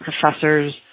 professors